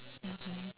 mmhmm